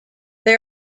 they